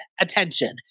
attention